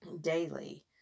daily